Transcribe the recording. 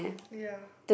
ya